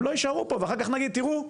הם לא יישארו פה, ואחר כך נגיד: תראו,